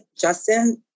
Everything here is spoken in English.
Justin